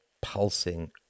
pulsing